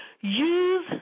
Use